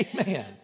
Amen